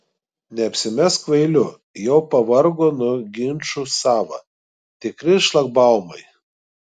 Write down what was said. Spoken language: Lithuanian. neapsimesk kvailiu jau pavargo nuo ginčų sava tikri šlagbaumai